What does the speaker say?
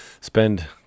spend